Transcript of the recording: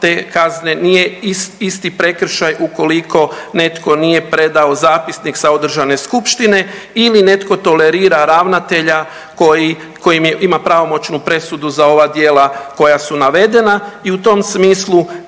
nije isti prekršaj ukoliko netko nije predao zapisnik sa održane skupštine ili netko tolerira ravnatelja koji, koji ima pravomoćnu presudu za ova djela koja su navedena i u tom smislu